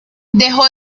dejó